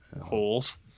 holes